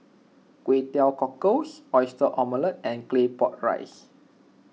Kway Teow Cockles Oyster Omelette and Claypot Rice